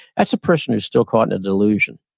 that's a person who's still caught in a delusion.